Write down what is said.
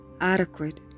Adequate